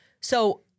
So-